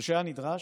ושהיה נדרש,